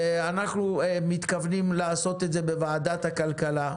ואנחנו מתכוונים לעשות את זה בוועדת הכלכלה.